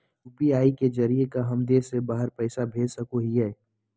UPI के जरिए का हम देश से बाहर पैसा भेज सको हियय?